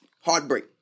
heartbreak